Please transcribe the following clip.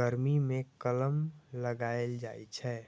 गर्मी मे कलम लगाएल जाइ छै